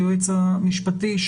היועץ המשפטי,